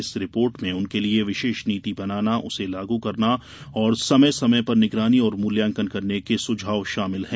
इस रिपोर्ट में उनके लिए विशेष नीति बनाना उसे लागू करना और समय समय पर निगरानी और मूल्यांकन करने के सुझाव शामिल हैं